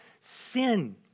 sin